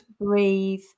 breathe